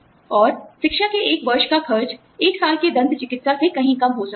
और शिक्षा के 1 वर्ष का खर्च 1 साल के दंत चिकित्सा से कहीं कम हो सकता है